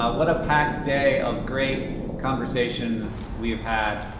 ah what a packed day of great conversations we have had.